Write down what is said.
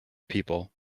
people